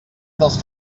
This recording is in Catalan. dels